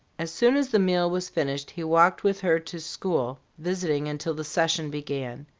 as soon as the meal was finished he walked with her to school, visiting until the session began.